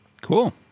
Cool